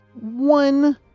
one